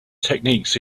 techniques